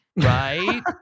Right